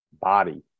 body